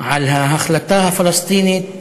על ההחלטה הפלסטינית,